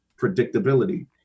predictability